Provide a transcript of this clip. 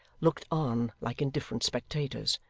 looked on like indifferent spectators.